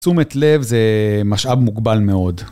תשומת לב, זה משאב מוגבל מאוד.